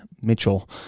Mitchell